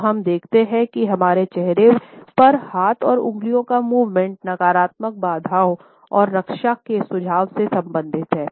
तो हम देखते हैं कि हमारे चेहरे पर हाथ और उंगली का मूवमेंट नकारात्मकता बाधाओं और रक्षा के सुझाव से संबंधित है